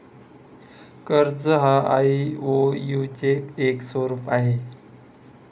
कर्ज हा आई.ओ.यु चे एक स्वरूप आहे